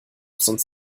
sonst